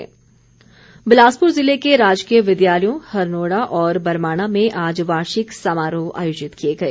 समारोह बिलासपुर ज़िले के राजकीय विद्यालयों हरनोड़ा और बरमाणा में आज वार्षिक समारोह आयोजित किए गए